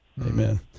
Amen